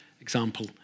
example